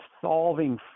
solving